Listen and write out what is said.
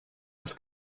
was